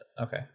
okay